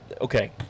Okay